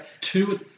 two